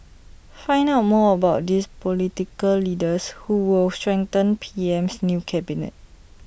find out more about these political leaders who will strengthen P M's new cabinet